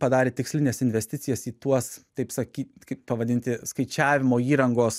padarė tikslines investicijas į tuos taip sakyt kaip pavadinti skaičiavimo įrangos